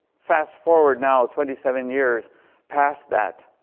fast forward now, twenty seven years past that.